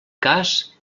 cas